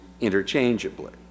interchangeably